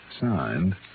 signed